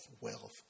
wealth